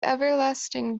everlasting